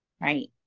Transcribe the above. right